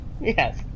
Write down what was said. Yes